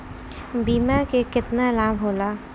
बीमा के केतना लाभ होला?